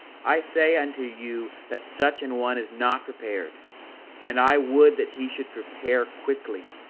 i say unto you that such an one is not prepared and i would that he should prepare quickly,